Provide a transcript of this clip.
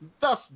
thus